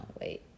wait